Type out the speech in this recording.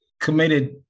committed